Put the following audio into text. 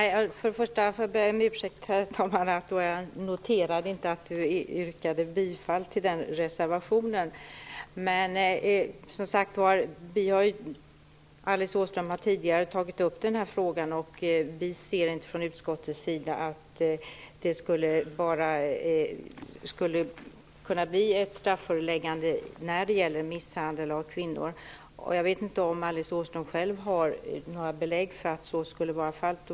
Herr talman! Jag ber om ursäkt, men jag noterade inte att Alice Åström yrkade bifall till reservationen. Alice Åström har tagit upp denna fråga tidigare. Vi kan inte se från utskottets sida att det skulle vara fråga om strafföreläggande vid misshandel av kvinnor. Jag vet inte om Alice Åström har några belägg för att så skulle vara fallet.